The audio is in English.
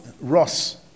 Ross